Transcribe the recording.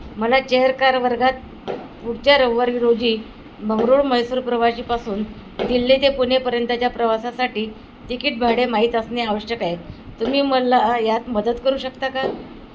मला chair car वर्गात पुढच्या रवारी रोजी बंगरूळ मैसूर प्रवाशीपासून दिल्ली ते पुणेपर्यंतच्या प्रवासासाठी तिकीट भाडे माहीत असणे आवश्यक आहेत तुम्ही मला यात मदत करू शकता का